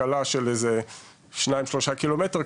ואחר כך עושים ריצה קלה של בין שניים לשלושה קילומטר,